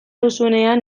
duzunean